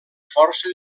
força